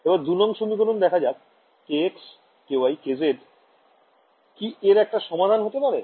এবার ২ নং সমীকরণ দেখা যাক kx ky kz কি এর একটা সমাধান হতে পারে